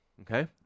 okay